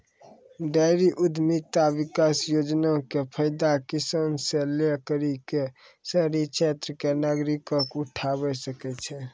dairy उद्यमिता विकास योजना के फायदा किसान से लै करि क शहरी क्षेत्र के नागरिकें उठावै सकै छै